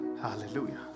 hallelujah